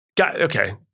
Okay